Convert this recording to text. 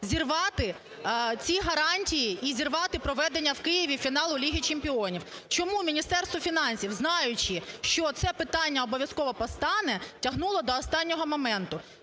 зірвати ці гарантії і зірвати проведення в Києві фіналу Ліги чемпіонів. Чому Міністерство фінансів, знаючи, що це питання обов'язково постане, тягнуло до останнього моменту?